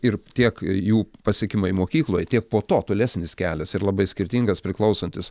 ir tiek jų pasiekimai mokykloj tiek po to tolesnis kelias ir labai skirtingas priklausantis